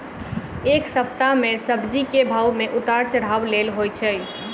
एक सप्ताह मे सब्जी केँ भाव मे उतार चढ़ाब केल होइ छै?